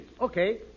Okay